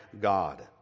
God